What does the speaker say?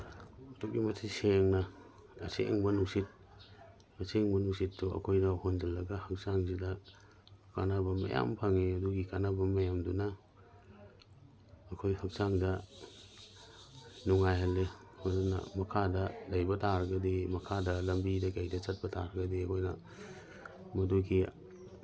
ꯑꯗꯨꯛꯀꯤ ꯃꯇꯤꯛ ꯁꯦꯡꯅ ꯑꯁꯦꯡꯕ ꯅꯨꯡꯁꯤꯠ ꯑꯁꯦꯡꯕ ꯅꯨꯡꯁꯤꯠꯇꯨ ꯑꯩꯈꯣꯏꯅ ꯍꯣꯟꯖꯤꯜꯂꯒ ꯍꯛꯆꯥꯡꯁꯤꯗ ꯀꯥꯟꯅꯕ ꯃꯌꯥꯝ ꯐꯪꯉꯤ ꯑꯗꯨꯒꯤ ꯀꯥꯟꯅꯕ ꯃꯌꯥꯝꯗꯨꯅ ꯑꯩꯈꯣꯏ ꯍꯛꯆꯥꯡꯗ ꯅꯨꯡꯉꯥꯏꯍꯜꯂꯤ ꯑꯗꯨꯅ ꯃꯈꯥꯗ ꯂꯩꯕ ꯇꯥꯔꯒꯗꯤ ꯃꯈꯥꯗ ꯂꯝꯕꯤꯗ ꯀꯩꯗ ꯆꯠꯄ ꯇꯥꯔꯒꯗꯤ ꯑꯩꯈꯣꯏꯅ ꯃꯗꯨꯒꯤ